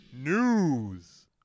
news